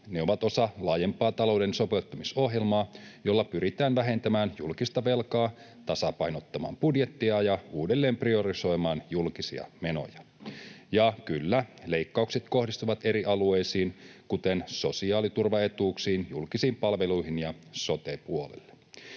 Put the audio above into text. Ne ovat osa laajempaa talouden sopeuttamisohjelmaa, jolla pyritään vähentämään julkista velkaa, tasapainottamaan budjettia ja uudelleen priorisoimaan julkisia menoja. Ja kyllä, leikkaukset kohdistuvat eri alueisiin, kuten sosiaaliturvaetuuksiin, julkisiin palveluihin ja sote-puolelle.